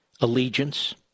allegiance